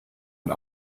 und